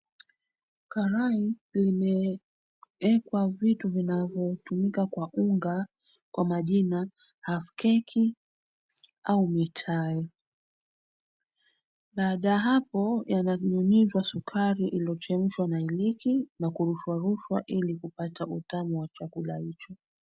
Karai limeekwa vitu vinavyotumika kwa unga kwa majina half keki au mitai. Ladha hapo yanadhulumizwa sukari iliyochemshwa na iliki na kurushwarushwa ili kupata utamu wa chakula hicho.